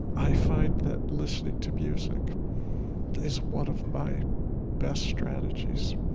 i find that listening to music is one of my best strategies.